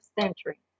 century